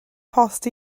post